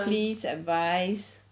please advice